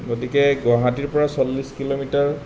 গতিকে গুৱাহাটীৰ পৰা চল্লিছ কিলোমিটাৰ